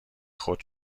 خود